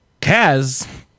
Kaz